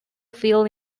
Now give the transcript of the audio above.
field